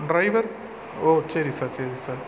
driver ஓ சரி sir சரி சார்